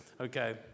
Okay